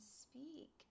speak